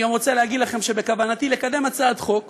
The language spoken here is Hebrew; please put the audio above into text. אני גם רוצה להגיד לכם שבכוונתי לקדם הצעת חוק,